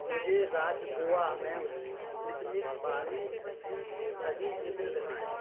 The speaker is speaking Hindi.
मुझे राज्य गोवा में स्पुतनिक वाले सभी केंद्र दिखाएँ